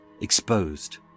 exposed